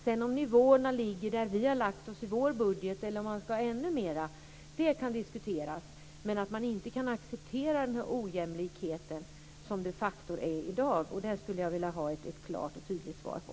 Om bidraget ska hamna på den nivå som vi har lagt oss på i vår budget eller om man ska ha ännu mera kan diskuteras, men vi kan inte acceptera den ojämlikhet som de facto finns i dag. Det skulle jag vilja ha ett klart och tydligt svar på.